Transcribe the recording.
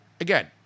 Again